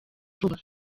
vuba